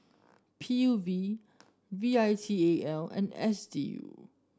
P U V V I T A L and S D U